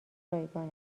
رایگان